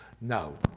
No